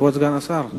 כבוד סגן השר,